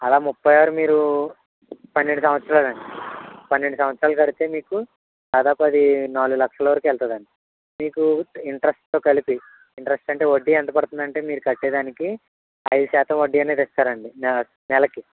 అలా ముప్పై ఆరు మీరు పన్నెండు సంవత్సరాలు పన్నెండు సంవత్సరాలు కడితే మీకు దాదాపు అది నాలుగు లక్షల వరకు వెళ్తుంది అండి మీకు ఇంట్రెస్ట్తో కలిపి ఇంట్రెస్ట్ అంటే వడ్డీ ఎంత పడుతుంది అంటే మీరు కట్టే దానికి అయిదు శాతం వడ్డీ అనేది ఇస్తారండి నెలకి